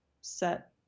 set